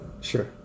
sure